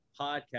Podcast